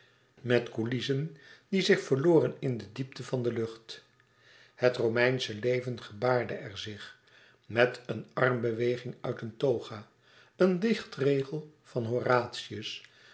met coulissen die zich verloren in de diepte van de lucht het romeinsche leven gebaarde er zich met een armbeweging uit een toga een dichtregel van